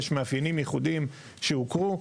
יש מאפיינים יחודיים שהוכרו.